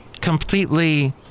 completely